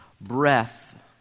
breath